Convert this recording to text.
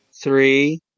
three